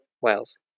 Wales